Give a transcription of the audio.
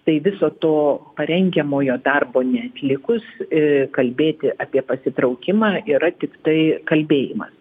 tai viso to parengiamojo darbo neatlikus kalbėti apie pasitraukimą yra tiktai kalbėjimas